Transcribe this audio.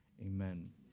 Amen